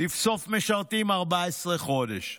לבסוף משרתים 14 חודש,